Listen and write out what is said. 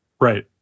right